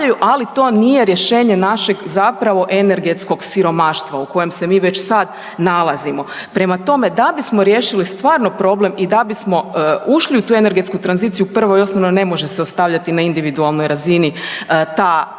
ali to nije rješenje našeg zapravo energetskog siromaštva u kojem se mi već sad nalazimo. Prema tome, da bismo riješili stvarno problem i da bismo ušli u tu energetsku tranziciju prvo i osnovno ne može se ostavljati na individualnoj razini ta